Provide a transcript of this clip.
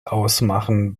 ausmachen